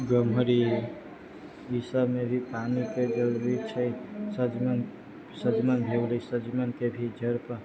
गमहरी ईसब मे भी पानी के जरूरी छै सजमनि भी हो गेलै सजमनि के भी जड़ पे